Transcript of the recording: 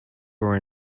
were